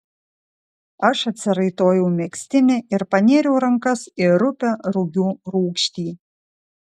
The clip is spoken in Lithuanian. aš atsiraitojau megztinį ir panėriau rankas į rupią rugių rūgštį